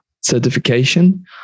certification